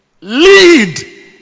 Lead